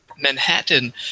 Manhattan